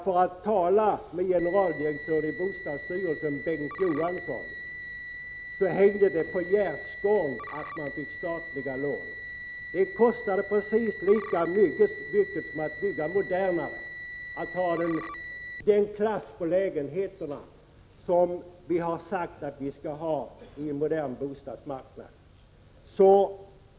För att tala med generaldirektören i bostadsstyrelsen, Bengt Johansson, hängde det på gärdsgården att man fick statliga lån. Det kostade precis lika mycket att bygga på detta sätt som att bygga modernare, att ha den klass på lägenheterna som vi har sagt att vi skall ha i en modern bostadsmarknad.